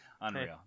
unreal